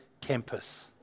campus